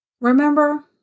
Remember